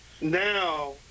Now